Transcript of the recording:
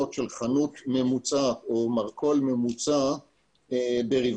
של חנות ממוצעת או מרכול ממוצע ברבעון.